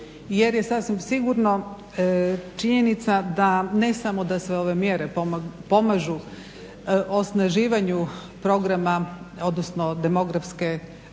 Jer je sasvim sigurno činjenica da, ne smo da sve ove mjere pomažu osnaživanju programa, odnosno demografske naše politike,